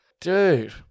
Dude